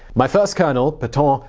my first colonel, petain,